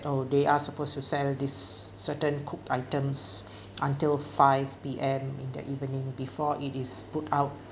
oh they are supposed to sell these certain cooked items until five P_M in the evening before it is put out